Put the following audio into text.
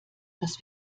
dass